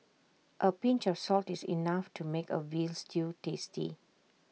A pinch of salt is enough to make A Veal Stew tasty